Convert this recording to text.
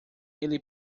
ele